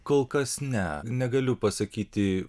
kol kas ne negaliu pasakyti